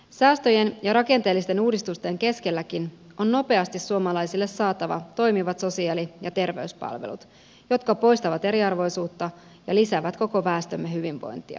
säästöjen ja rakenteellisten uudistusten keskelläkin on suomalaisille nopeasti saatava toimivat sosiaali ja terveyspalvelut jotka poistavat eriarvoisuutta ja lisäävät koko väestömme hyvinvointia